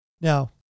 Now